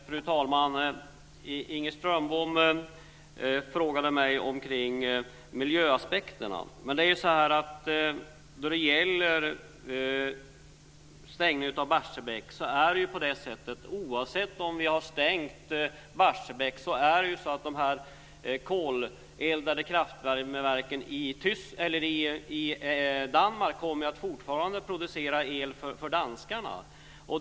Fru talman! Inger Strömbom frågade mig om miljöaspekterna. Men nu är det ju så att oavsett om vi stänger Barsebäck kommer de här koleldade kraftvärmeverken i Danmark fortfarande att producera el för danskarna.